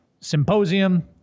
symposium